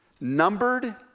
numbered